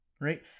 right